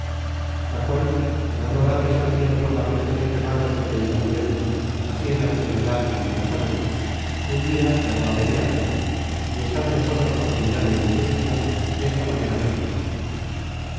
la cual dando gracias al cielo por la merced y regalos que le iba haciendo así en la enfermedad como en la salud un dia llamó á periandro y estando solos por cuidado y de industria desta manera le dijo